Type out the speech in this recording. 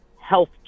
health